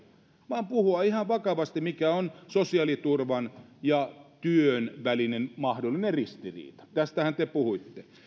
vaan pitäisi puhua ihan vakavasti siitä mikä on sosiaaliturvan ja työn välinen mahdollinen ristiriita tästähän te puhuitte